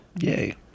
Yay